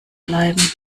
bleiben